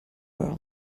world